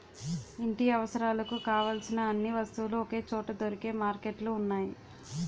ఇంటి అవసరాలకు కావలసిన అన్ని వస్తువులు ఒకే చోట దొరికే మార్కెట్లు ఉన్నాయి